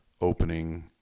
opening